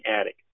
attic